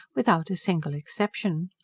without a single exception.